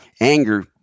anger